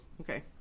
okay